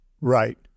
Right